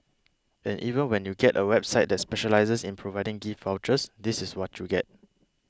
and even when you get a website that specialises in providing gift vouchers this is what you get